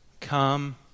Come